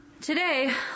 Today